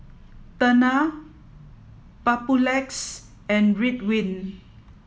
Tena Papulex and Ridwind